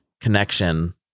connection